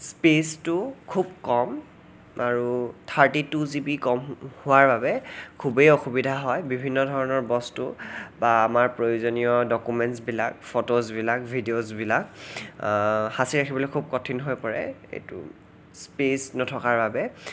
স্পেছটো খুব কম আৰু থাৰ্টি টু জিবি কম হোৱাৰ বাবে খুবেই অসুবিধা হয় বিভিন্ন ধৰণৰ বস্তু বা আমাৰ প্ৰয়োজনীয় ডকুমেণ্টছ বিলাক ফ'টোজ বিলাক ভিডিঅ'জ বিলাক সাঁচি ৰাখিবলৈ খুব কঠিন হৈ পৰে এইটো স্পেছ নথকাৰ বাবে